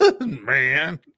Man